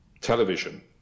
television